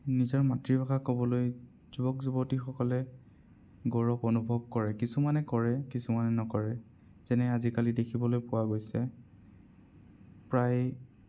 নিজৰ মাতৃভাষা ক'বলৈ যুৱক যুৱতীসকলে গৌৰৱ অনুভৱ কৰে কিছুমানে কৰে কিছুমানে নকৰে যেনে আজিকালি দেখিবলৈ পোৱা গৈছে প্ৰায়